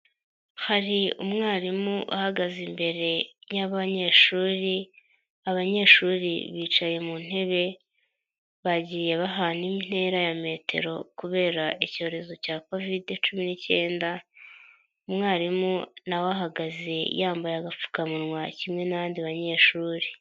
Hari umwarimu uhagaze imbere y'abanyeshuri, abanyeshuri bicaye mu ntebe bagiye bahana intera ya metero kubera icyorezo cya kovide cumi n'icyenda, umwarimu na we ahagaze yambaye agapfukamunwa kimwe n'abandi banyeshuri.